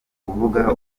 kuvuga